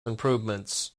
improvements